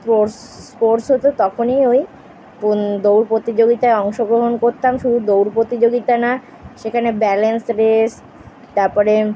পোর্স sports হতো তখনই ওই স্পুন দৌড় প্রতিযোগিতায় অংশগ্রহণ করতাম শুধু দৌড় প্রতিযোগিতা না সেখানে ব্যালেন্স রেস তার পরে